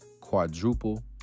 quadruple